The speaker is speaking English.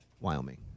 Wyoming